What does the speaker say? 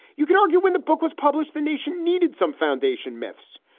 you can argue when the book was published, the nation needed some foundation myths.